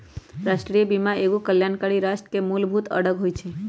राष्ट्रीय बीमा एगो कल्याणकारी राष्ट्र के मूलभूत अङग होइ छइ